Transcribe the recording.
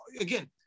again